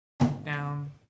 Down